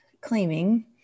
claiming